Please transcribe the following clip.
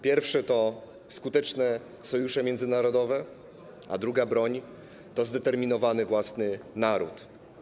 Pierwszy to skuteczne sojusze międzynarodowe, a drugi to zdeterminowany własny naród.